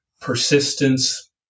persistence